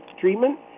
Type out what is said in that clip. treatment